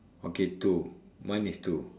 okay two mine is two